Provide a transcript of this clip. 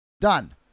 Done